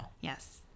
Yes